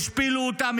השפילו אותם,